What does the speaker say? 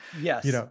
Yes